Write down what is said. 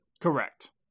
Correct